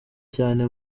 cyane